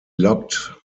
lockt